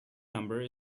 number